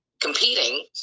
competing